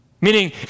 Meaning